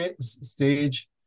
stage